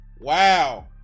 Wow